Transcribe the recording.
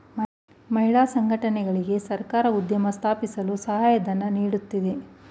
ಮಹಿಳಾ ಸಂಘಗಳಿಗೆ ಸರ್ಕಾರ ಉದ್ಯಮ ಸ್ಥಾಪಿಸಲು ಸಹಾಯಧನ ನೀಡುತ್ತಿದೆ